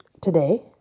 today